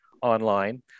online